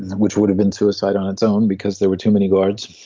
which would have been suicide on its own because there were too many guards.